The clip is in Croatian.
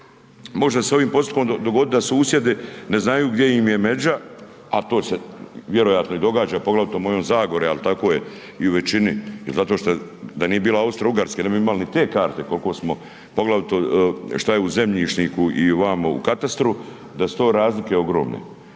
može se s ovim postupkom dogoditi da susjedi ne znaju gdje im je međa, a to se vjerojatno i događa, poglavito u mojoj Zagori, al tako je i u većini jel zato šta, da nije bilo Austro-Ugarske ne bi imali ni te karte kolko smo, poglavito šta je u zemišljniku i vamo u katastru, da su to razlike ogromne